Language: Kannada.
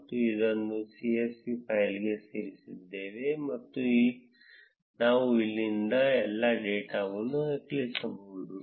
ನಾನು ಅದನ್ನು csv ಫೈಲ್ಗೆ ಸೇರಿಸಿದ್ದೇನೆ ಮತ್ತು ನಾವು ಇಲ್ಲಿಂದ ಎಲ್ಲಾ ಡೇಟಾವನ್ನು ನಕಲಿಸಬಹುದು